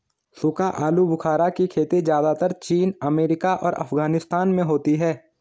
सूखा आलूबुखारा की खेती ज़्यादातर चीन अमेरिका और अफगानिस्तान में होती है